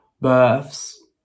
births